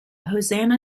hosanna